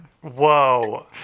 Whoa